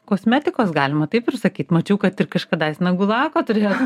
kosmetikos galima taip ir sakyt mačiau kad ir kažkadaise nagų lako turėjot